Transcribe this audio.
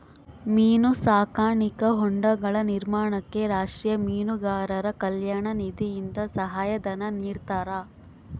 ಮೀನು ಸಾಕಾಣಿಕಾ ಹೊಂಡಗಳ ನಿರ್ಮಾಣಕ್ಕೆ ರಾಷ್ಟೀಯ ಮೀನುಗಾರರ ಕಲ್ಯಾಣ ನಿಧಿಯಿಂದ ಸಹಾಯ ಧನ ನಿಡ್ತಾರಾ?